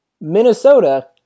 Minnesota